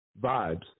Vibes